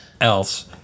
else